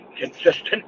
consistent